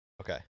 Okay